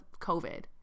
COVID